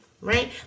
right